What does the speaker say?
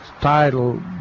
title